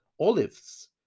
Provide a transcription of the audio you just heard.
olives